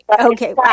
Okay